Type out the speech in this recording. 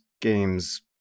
games